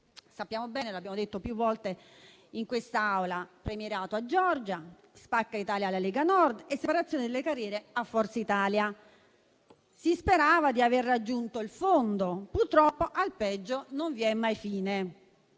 Sappiamo bene, come abbiamo detto più volte in quest'Aula, che consiste nel premierato a Giorgia, spacca Italia alla Lega Nord e separazione delle carriere dei magistrati a Forza Italia. Si sperava di aver raggiunto il fondo, ma purtroppo al peggio non vi è mai fine.